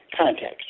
context